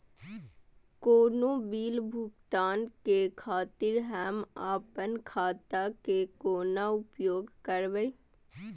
कोनो बील भुगतान के खातिर हम आपन खाता के कोना उपयोग करबै?